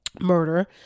murder